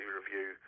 review